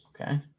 Okay